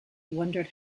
wondered